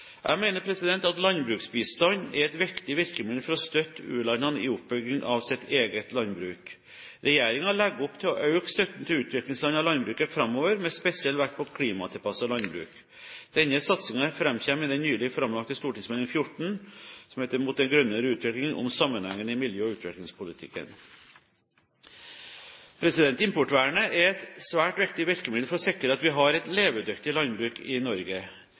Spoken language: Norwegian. Jeg mener at landbruksbistand er et viktig virkemiddel for å støtte u-landene i oppbyggingen av sitt eget landbruk. Regjeringen legger opp til å øke støtten til utviklingen av landbruket framover med spesiell vekt på klimatilpasset landbruk. Denne satsingen framkommer i den nylig framlagte Meld. St. 14 for 2010–2011, Mot en grønnere utvikling – om sammenhengen i miljø- og utviklingspolitikken. Importvernet er et svært viktig virkemiddel for å sikre at vi har et levedyktig landbruk i Norge.